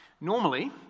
Normally